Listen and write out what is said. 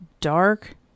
dark